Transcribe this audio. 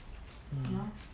mm